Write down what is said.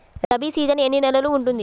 Rabi season ఎన్ని నెలలు ఉంటుంది?